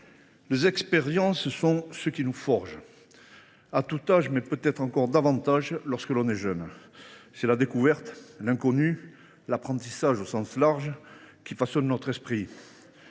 les expériences sont ce qui nous forge. À tout âge, peut être encore davantage lorsque l’on est jeune, la découverte, l’inconnu et l’apprentissage au sens large façonnent notre esprit.